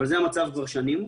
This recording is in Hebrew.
אבל זה המצב כבר שנים.